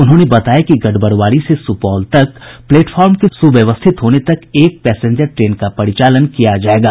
उन्होंने बताया कि गढ़बरुआरी से सुपौल तक प्लेटफार्म के सुव्यवस्थित होने तक एक पैसेंजर ट्रेन का परिचालन किया जायेगा